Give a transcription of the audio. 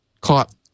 caught